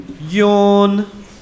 yawn